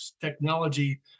technology